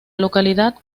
localidad